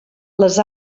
les